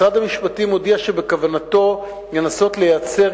משרד המשפטים הודיע שבכוונתו לנסות לייצר